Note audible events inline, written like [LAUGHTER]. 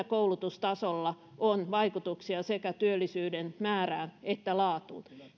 [UNINTELLIGIBLE] koulutustasolla on vaikutuksia sekä työllisyyden määrään että laatuun